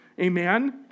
Amen